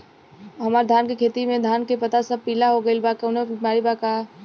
हमर धान के खेती में धान के पता सब पीला हो गेल बा कवनों बिमारी बा का?